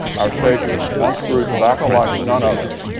our state once grew tobacco like none other.